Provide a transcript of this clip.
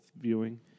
viewing